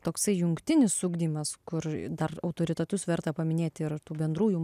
toksai jungtinis ugdymas kur dar autoritetus verta paminėti ir tų bendrųjų